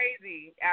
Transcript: crazy